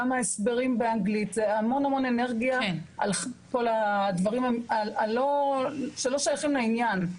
גם ההסברים באנגלית זה המון אנרגיה על דברים שלא שייכים לעניין.